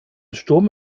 sturm